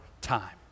time